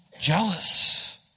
jealous